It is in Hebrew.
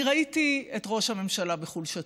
אני ראיתי את ראש הממשלה בחולשתו.